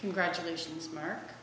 congratulations mark